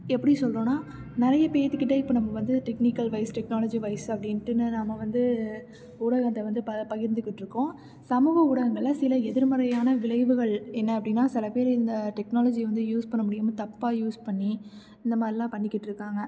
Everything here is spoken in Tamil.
எப்படி சொல்றோம்ன்னா நிறைய பேர்த்துக்கிட்ட இப்போ நம்ம வந்து டெக்னிக்கல் வைஸ் டெக்னாலஜி வைஸ் அப்படின்ட்டுனு நாம் வந்து ஊடகத்ததை வந்து ப பகிர்ந்துக்கிட்டுருக்கோம் சமூக ஊடகங்களில் சில எதிர்மறையான விளைவுகள் என்ன அப்படின்னா சில பேர் இந்த டெக்னாலஜியை வந்து யூஸ் பண்ண முடியாமல் தப்பாக யூஸ் பண்ணி இந்த மாதிரில்லாம் பண்ணிக்கிட்டுருக்காங்க